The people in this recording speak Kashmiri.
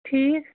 ٹھیٖک